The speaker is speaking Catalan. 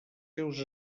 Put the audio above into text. seus